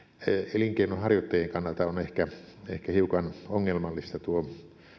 elinkeinonharjoittajien kannalta on ehkä ehkä hiukan ongelmallista tuo